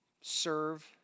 serve